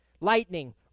lightning